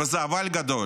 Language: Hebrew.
וזה אבל גדול,